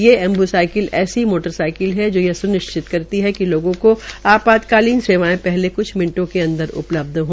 ये एमब्रसाईकिल ऐसी मोटरसाइकिल है जो यह स्निश्चित करती है लोगों को आपातकालीन सेवायें पहले क्छ मिनटों के अंदर उपलब्ध हो